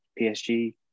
PSG